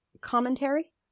commentary